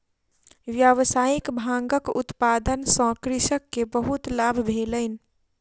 व्यावसायिक भांगक उत्पादन सॅ कृषक के बहुत लाभ भेलैन